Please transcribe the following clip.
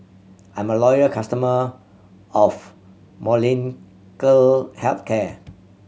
I'm a loyal customer of Molnylcke Health Care